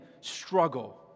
struggle